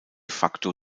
facto